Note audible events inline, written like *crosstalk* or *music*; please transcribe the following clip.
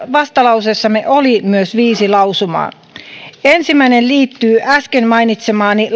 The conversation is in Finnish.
vastalauseessamme oli myös viisi lausumaa ensimmäinen liittyy äsken mainitsemaani *unintelligible*